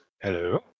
Hello